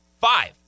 Five